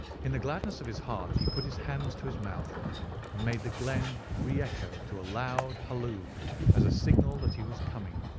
in the gladness of his heart he put his hands to his mouth and ah made the glen re-echo to a loud halloo as a signal that he was coming.